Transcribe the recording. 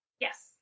Yes